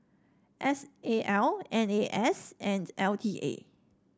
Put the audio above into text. S A L N A S and L T A